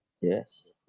Yes